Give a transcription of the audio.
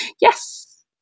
yes